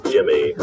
Jimmy